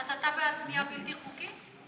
אז אתה בעד בנייה בלתי חוקית?